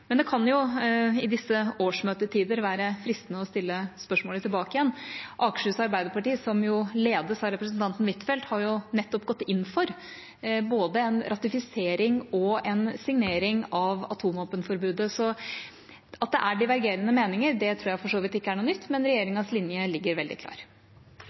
men vi mener at det er i strid med de politiske forpliktelsene vi har påtatt oss. Det kan i disse årsmøtetider være fristende å stille spørsmålet tilbake igjen: Akershus Arbeiderparti, som jo ledes av representanten Huitfeldt, har nettopp gått inn for både en ratifisering og en signering av atomvåpenforbudet, så at det er divergerende meninger, tror jeg for så vidt ikke er noe nytt, men